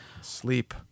Sleep